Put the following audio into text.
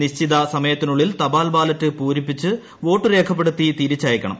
നിശ്ചിത സമയത്തിനുള്ളിൽ ത്യാൽ ബാലറ്റ് പൂരിപ്പിച്ച് വോട്ട് രേഖപ്പെടുത്തി തിരിച്ചയയ്ക്കണം